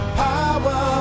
power